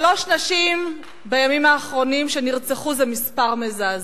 שלוש נשים נרצחו בימים האחרונים, זה מספר מזעזע,